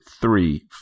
three